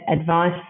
advice